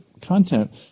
content